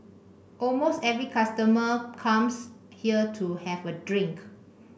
almost every customer comes here to have a drink